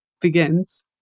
begins